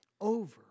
Over